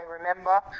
remember